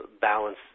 balance